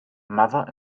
mother